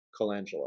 Colangelo